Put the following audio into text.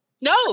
No